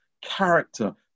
character